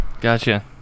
gotcha